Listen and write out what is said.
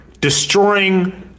destroying